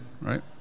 right